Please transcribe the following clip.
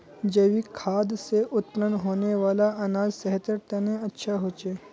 जैविक खाद से उत्पन्न होने वाला अनाज सेहतेर तने अच्छा होछे